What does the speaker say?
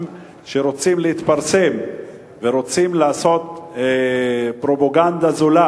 שרוצים להתפרסם ורוצים לעשות פרופגנדה זולה.